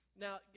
Now